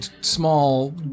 small